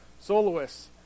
soloists